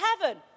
heaven